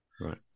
Right